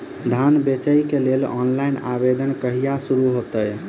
धान बेचै केँ लेल ऑनलाइन आवेदन कहिया शुरू हेतइ?